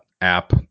app